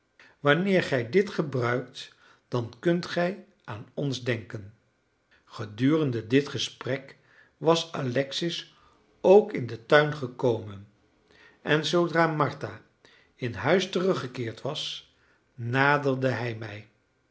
wanneer gij dit gebruikt dan kunt gij aan ons denken gedurende dit gesprek was alexis ook in den tuin gekomen en zoodra martha in huis teruggekeerd was naderde hij mij